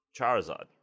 Charizard